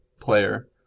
player